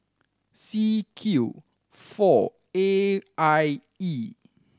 C Q four A I E